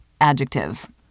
adjective